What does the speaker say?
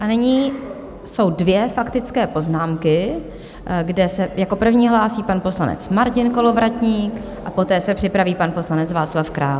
Nyní jsou dvě faktické poznámky, kde se jako první hlásí pan poslanec Martin Kolovratník a poté se připraví pan poslanec Václav Král.